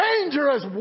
dangerous